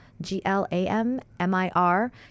G-L-A-M-M-I-R